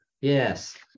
Yes